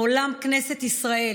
מעולם כנסת ישראל